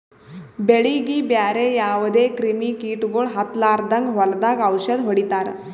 ಬೆಳೀಗಿ ಬ್ಯಾರೆ ಯಾವದೇ ಕ್ರಿಮಿ ಕೀಟಗೊಳ್ ಹತ್ತಲಾರದಂಗ್ ಹೊಲದಾಗ್ ಔಷದ್ ಹೊಡಿತಾರ